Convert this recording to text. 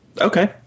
Okay